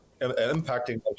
impacting